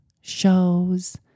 shows